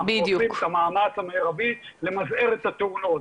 אנחנו עושים את המאמץ המרבי למזער את התאונות.